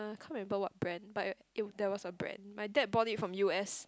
can't remember what brand but it there was a brand my dad bought it from U_S